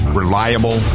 reliable